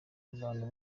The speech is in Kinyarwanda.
abantu